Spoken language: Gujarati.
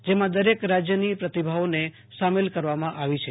જેમાં દરેક રાજયની પ્રતિભાઓને સામેલ કરવામાં આવી છે